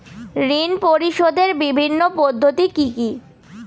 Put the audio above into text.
ঋণ পরিশোধের বিভিন্ন পদ্ধতি কি কি?